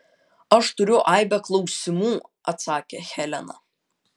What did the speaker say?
aš turiu aibę klausimų atsakė helena